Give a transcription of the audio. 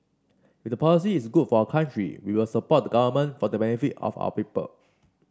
if the policy is good for our country we will support the government for the benefit of our people